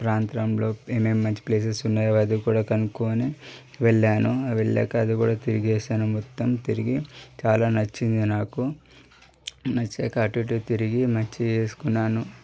ప్రాంతంలో ఏమేం మంచి ప్లేసెస్ ఉన్నాయో అది కూడా కనుక్కోని వెళ్ళాను వెళ్ళాక అది కూడా తిరిగేసాను మొత్తం తిరిగి చాలా నచ్చింది నాకు నచ్చాక అటు ఇటు తిరిగి మచ్చిక చేసుకున్నాను